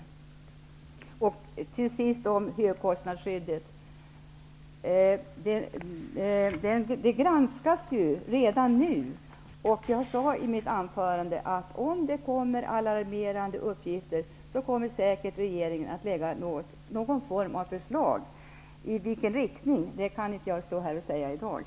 Slutligen till frågan om högkostnadsskyddet. Redan nu granskas hur högkostnadsskyddet fungerar. Jag sade i mitt inledningsanförande, att om det kommer alarmerade uppgifter, lägger regeringen säkert fram något slags förslag. Jag kan i dag inte säga i vilken riktning det kommer att gå.